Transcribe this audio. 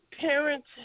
parents